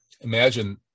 imagine